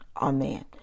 Amen